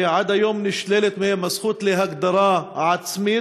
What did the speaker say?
שעד היום נשללת מהם הזכות להגדרה עצמית